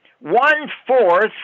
One-fourth